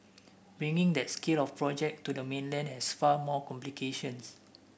bringing that scale of project to the mainland has far more complications